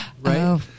Right